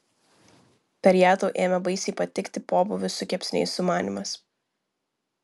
per ją tau ėmė baisiai patikti pobūvių su kepsniais sumanymas